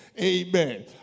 Amen